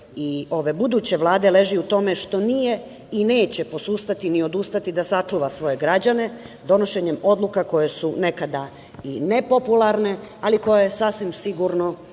buduće Vlade leži u tome što nije i neće posustati ni odustati da sačuva svoje građane donošenjem odluka koje su nekada i nepopularne, ali koje sasvim sigurno donose